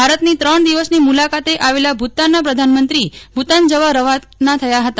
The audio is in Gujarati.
ભારતની ત્રક્ષ દિવસની મુલાકાતે આવેલા ભૂતાનના પ્રધાનમંત્રી ભૂતાન જવા રવાના થયા છે